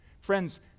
Friends